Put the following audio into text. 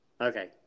Okay